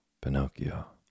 Pinocchio